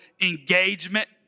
engagement